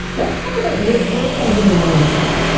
let's talk about reverse engineering a sale.